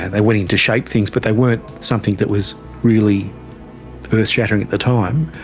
and they went into shape things but they weren't something that was really earthshattering at the time.